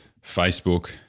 Facebook